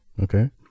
Okay